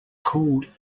called